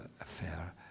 affair